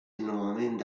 nuovamente